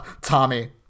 Tommy